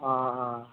अ